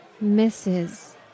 misses